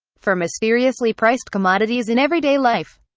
for mysteriously priced commodities in everyday life,